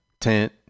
tent